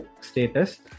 status